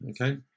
Okay